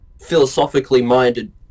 philosophically-minded